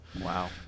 Wow